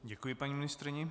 Děkuji paní ministryni.